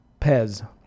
pez